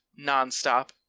nonstop